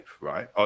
right